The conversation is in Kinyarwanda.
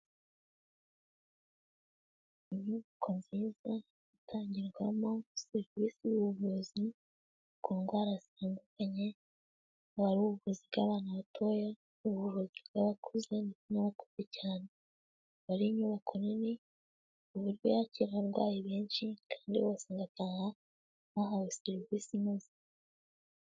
Inyubako nziza itangirwamo serivisi y'ubuvuzi ku ndwara zitandukanye, akaba ari ubuvuzi bw'abana batoya, ubuvuzi bw'abakuze ndetse n'abakuze cyane. Ikaba ari inyubako nini ku buryo yakira abarwayi benshi kandi bose bagataha bahawe serivisi inoze.